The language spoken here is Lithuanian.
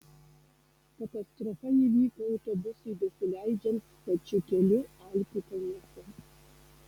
katastrofa įvyko autobusui besileidžiant stačiu keliu alpių kalnuose